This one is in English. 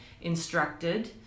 instructed